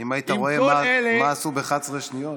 אם היית רואה מה עשו ב-11 שניות.